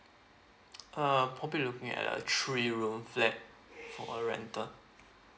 uh probably looking at a three room flat for rental